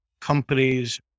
companies